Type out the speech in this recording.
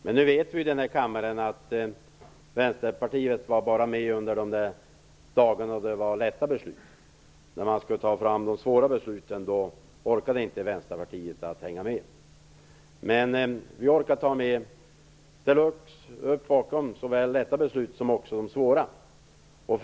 Men nu vet vi i denna kammare att Vänsterpartiet bara var med under de dagar då det handlade om lätta beslut. När man skulle fatta de svåra besluten orkade inte Vänsterpartiet hänga med. Men vi orkar ställa upp bakom såväl de lätta som de svåra besluten.